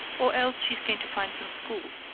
or else she's going to find some school.